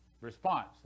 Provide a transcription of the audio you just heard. response